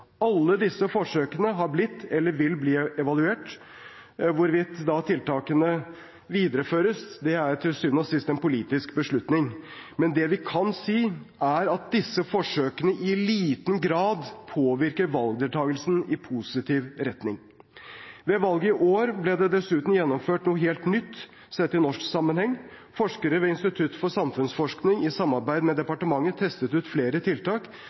Alle disse forsøkene har blitt eller vil bli evaluert. Hvorvidt tiltakene videreføres, er til syvende og sist en politisk beslutning. Men det vi kan si, er at disse forsøkene i liten grad påvirker valgdeltakelsen i positiv retning. Ved valget i år ble det dessuten gjennomført noe helt nytt, sett i norsk sammenheng. Forskere ved Institutt for samfunnsforskning, i samarbeid med departementet, testet ut flere tiltak for å se om de hadde påvirkning på valgdeltakelsen. Det var tiltak